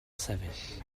sefyll